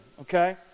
Okay